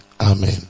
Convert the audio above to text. Amen